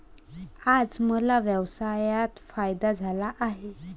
आज मला व्यवसायात फायदा झाला आहे